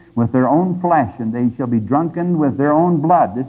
with their own flesh and they shall be drunken with their own blood.